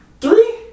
three